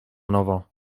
nowo